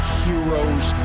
heroes